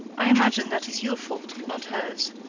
i imagine that is your fault, not hers,